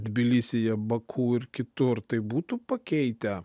tbilisyje baku ir kitur tai būtų pakeitę